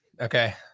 Okay